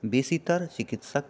बेसीतर चिकित्सक